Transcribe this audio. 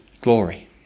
glory